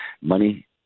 Money